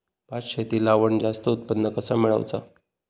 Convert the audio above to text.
भात शेती लावण जास्त उत्पन्न कसा मेळवचा?